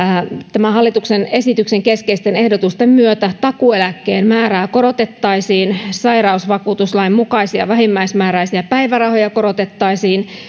tämän hallituksen esityksen keskeisten ehdotusten myötä takuueläkkeen määrää korotettaisiin sairausvakuutuslain mukaisia vähimmäismääräisiä päivärahoja korotettaisiin